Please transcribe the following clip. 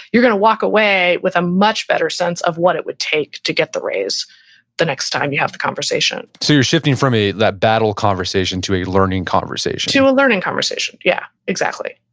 you're going to walk away with a much better sense of what it would take to get the raise the next time you have the conversation so you're shifting from a that battle conversation to a learning conversation to a learning conversation. yeah, exactly.